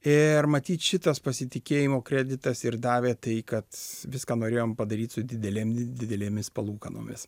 ir matyt šitas pasitikėjimo kreditas ir davė tai kad viską norėjom padaryt su didelėm didelėmis palūkanomis